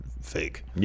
fake